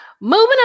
Moving